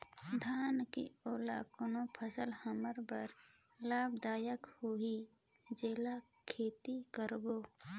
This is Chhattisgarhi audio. धान के अलावा कौन फसल हमर बर लाभदायक होही जेला खेती करबो?